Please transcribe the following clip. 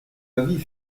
avis